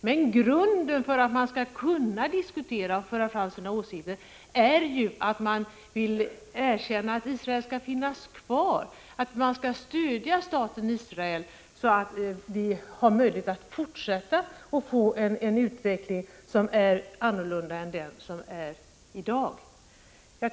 Men grunden för att man skall kunna diskutera och föra fram sina åsikter är ju att man erkänner att Israel skall finnas kvar och att man vill stödja staten Israel för att utvecklingen skall bli en annan än den är i dag.